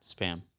spam